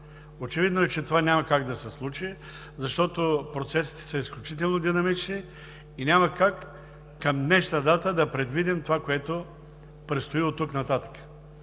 Очевидно е, че това няма как да се случи, защото процесите са изключително динамични и няма как към днешна дата да предвидим това, което предстои оттук нататък.